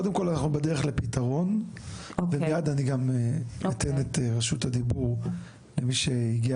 אנחנו בדרך לפתרון ומיד אני אתן את רשות הדיבור למי שהגיע